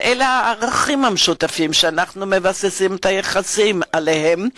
ואלה הערכים המשותפים שאנחנו מבססים את היחסים עליהם,